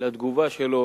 לתגובה שלו